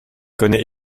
connaît